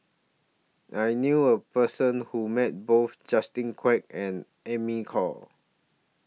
I knew A Person Who Met Both Justin Quek and Amy Khor